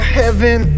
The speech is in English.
heaven